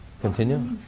Continue